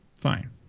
Fine